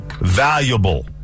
valuable